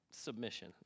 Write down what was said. submission